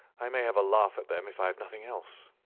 i may have a laugh at them if i have nothing else.